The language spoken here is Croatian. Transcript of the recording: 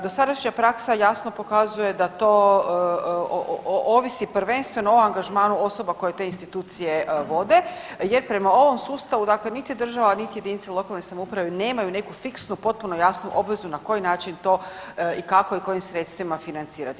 Dosadašnja praksa jasno pokazuje da to ovisi prvenstveno o angažmanu osoba koje te institucije vode jer prema ovom sustavu dakle niti država niti jedinice lokalne samouprave nemaju neku fiksnu potpuno jasnu obvezu na koji način to i kako i kojim sredstvima financirati.